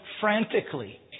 frantically